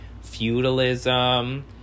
feudalism